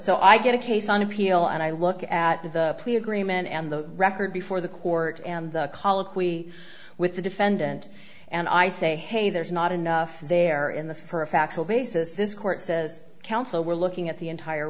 so i get a case on appeal and i look at the plea agreement and the record before the court and the colloquy with the defendant and i say hey there's not enough there in the for a factual basis this court says counsel we're looking at the entire